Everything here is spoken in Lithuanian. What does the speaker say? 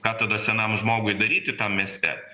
ką tada senam žmogui daryti tam mieste